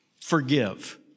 forgive